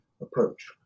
approach